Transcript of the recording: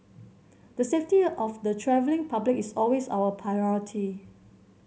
the safety of the travelling public is always our priority